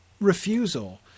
refusal